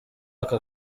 aka